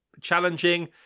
challenging